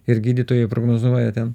ir gydytojai prognozuoja ten